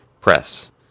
press